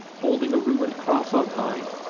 holding a ruined cross on high,